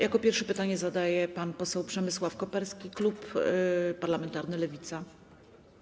Jako pierwszy pytanie zadaje pan poseł Przemysław Koperski, klub parlamentarny Lewica.